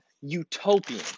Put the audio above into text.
Utopian